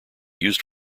used